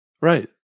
Right